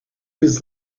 was